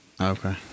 Okay